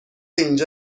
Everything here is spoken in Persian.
اینجا